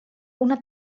una